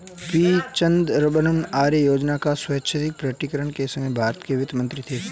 P Chidambaram आय योजना का स्वैच्छिक प्रकटीकरण के समय भारत के वित्त मंत्री थे